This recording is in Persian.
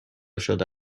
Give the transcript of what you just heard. شده